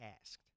asked